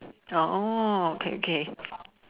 oh okay okay